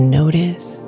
notice